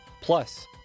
plus